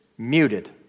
muted